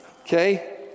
okay